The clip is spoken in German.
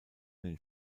den